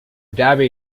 dhabi